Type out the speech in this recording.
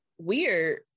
weird